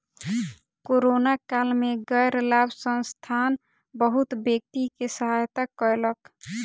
corona काल में गैर लाभ संस्थान बहुत व्यक्ति के सहायता कयलक